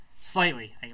slightly